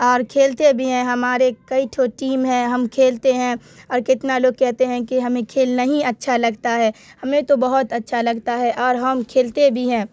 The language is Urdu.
اور کھیلتے بھی ہیں ہماری کئی ٹھو ٹیم ہے ہم کھیلتے ہیں اور کتنا لوگ کہتے ہیں کہ ہمیں کھیل نہیں اچھا لگتا ہے ہمیں تو بہت اچھا لگتا ہے اور ہم کھیلتے بھی ہیں